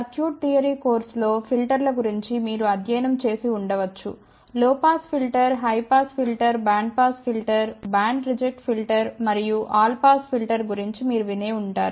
circuit theory కోర్సులో ఫిల్టర్ల గురించి మీరు అధ్యయనం చేసి ఉండవచ్చు low pass filter high pass filter band pass filter band reject filter మరియు ఆల్ పాస్ ఫిల్టర్ గురించి మీరు వినే ఉంటారు